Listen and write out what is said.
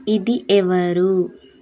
ఇది ఎవరు